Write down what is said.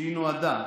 היא נועדה,